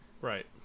Right